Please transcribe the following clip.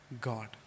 God